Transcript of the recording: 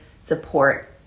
support